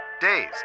days